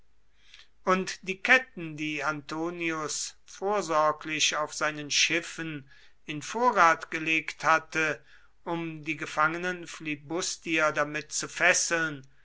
und die ketten die antonius vorsorglich auf seinen schiffen in vorrat gelegt hatte um die gefangenen flibustier damit zu fesseln